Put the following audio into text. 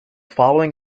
following